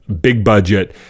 big-budget